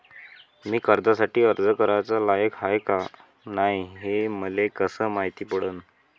मी कर्जासाठी अर्ज कराचा लायक हाय का नाय हे मले कसं मायती पडन?